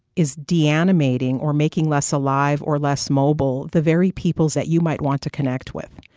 is de-animating or making less alive or less mobile the very peoples that you might want to connect with.